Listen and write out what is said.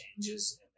changes